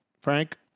Frank